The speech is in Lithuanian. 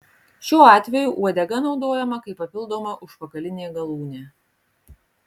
šiuo atveju uodega naudojama kaip papildoma užpakalinė galūnė